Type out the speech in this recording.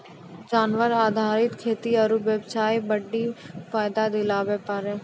जानवर आधारित खेती आरू बेबसाय बड्डी फायदा दिलाबै पारै